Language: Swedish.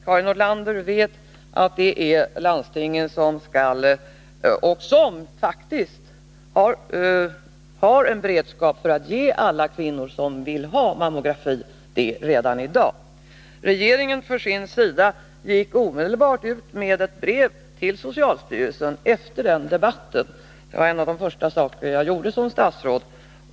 Karin Nordlander vet alltså att det är landstingen som skall ha och som faktiskt redan i dag har en beredskap för att ge alla kvinnor mammografi som vill ha det. Efter den debatten gick regeringen omedelbart ut med ett brev till socialstyrelsen — det var en av de första saker jag gjorde som statsråd.